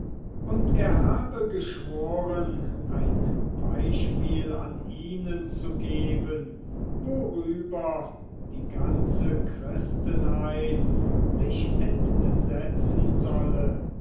und er habe geschworen ein beispiel an ihnen zu geben worüber die ganze christenheit sich entsetzen solle